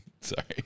Sorry